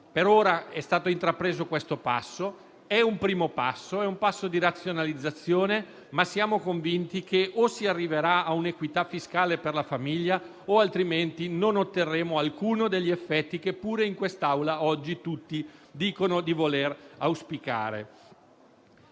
Per ora è stato intrapreso questo che è un primo passo che va nel senso di una razionalizzazione, ma siamo convinti che se non si arriverà a una equità fiscale per la famiglia non otterremo alcuno degli effetti che pure in quest'Aula oggi tutti dicono di voler auspicare.